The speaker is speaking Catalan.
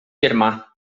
germà